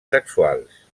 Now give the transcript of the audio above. sexuals